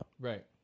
Right